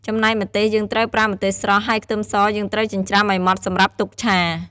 ចំណែកម្ទេស យើងត្រូវប្រើម្ទេសស្រស់ ហើយខ្ទឹមសយើងត្រូវចិញ្រ្ចាំឲ្យម៉ដ្ឋសម្រាប់ទុកឆា។